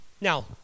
Now